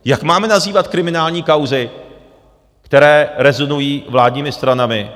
Jak máme nazývat kriminální kauzy, které rezonují vládními stranami?